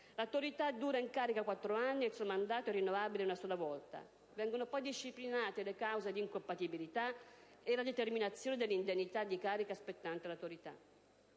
L'Autorità dura in carica quattro anni e il suo mandato è rinnovabile una sola volta. Vengono poi disciplinate le cause di incompatibilità e la determinazione dell'indennità di carica spettante all'Autorità.